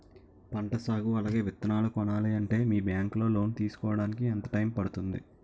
పంట సాగు అలాగే విత్తనాలు కొనాలి అంటే మీ బ్యాంక్ లో లోన్ తీసుకోడానికి ఎంత టైం పడుతుంది?